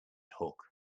hook